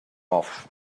off